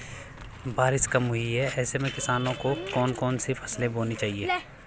बारिश कम हुई है ऐसे में किसानों को कौन कौन सी फसलें बोनी चाहिए?